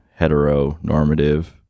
heteronormative